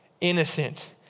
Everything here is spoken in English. innocent